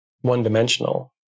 one-dimensional